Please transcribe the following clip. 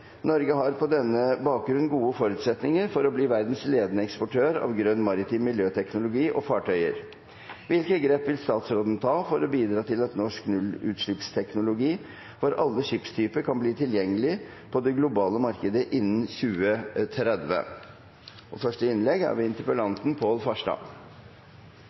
Norge skal sette seg som mål å bli verdens ledende eksportør av grønn maritim miljøteknologi og fartøyer, videre at Norge skal bidra til at nullutslippsteknologi for alle skipstyper skal være tilgjengelig på det globale markedet innen 2030, og endelig at ferger, kystfraktfartøy og hurtigbåter i trafikk i Norge innen 2030 skal ha nullutslipp. Det er